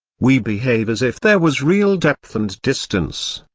we behave as if there was real depth and distance,